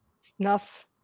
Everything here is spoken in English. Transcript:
Snuff